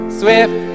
swift